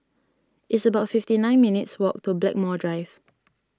it's about fifty nine minutes' walk to Blackmore Drive